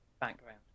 background